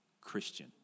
Christian